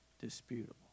disputable